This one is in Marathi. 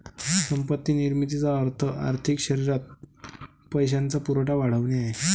संपत्ती निर्मितीचा अर्थ आर्थिक शरीरात पैशाचा पुरवठा वाढवणे आहे